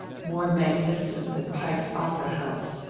more magnificent than pike's opera house.